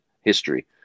history